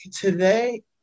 Today